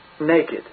naked